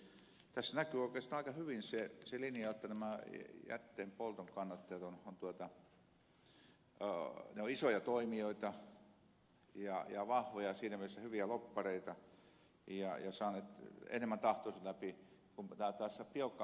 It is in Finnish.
tässä näkyy oikeastaan aika hyvin se linja että nämä jätteenpolton kannattajat ovat isoja toimijoita ja vahvoja siinä mielessä hyviä lobbareita ja saaneet enemmän tahtonsa läpi kuin tässä biokaasulaitokset